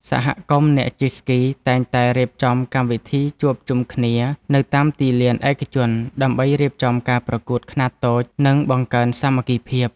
សហគមន៍អ្នកជិះស្គីតែងតែរៀបចំកម្មវិធីជួបជុំគ្នានៅតាមទីលានឯកជន ដើម្បីរៀបចំការប្រកួតខ្នាតតូច និងបង្កើនសាមគ្គីភាព។